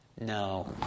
No